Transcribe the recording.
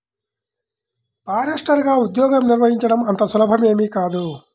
ఫారెస్టర్లగా ఉద్యోగం నిర్వహించడం అంత సులభమేమీ కాదు